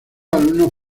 alumnos